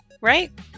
right